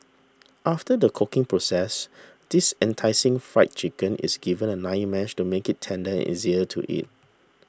after the cooking process this enticing Fried Chicken is given a nine mash to make it tender and easier to eat